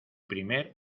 primer